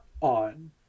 on